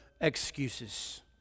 excuses